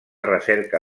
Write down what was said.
recerca